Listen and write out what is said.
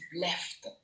left